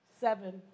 seven